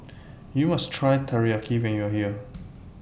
YOU must Try Teriyaki when YOU Are here